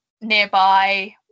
nearby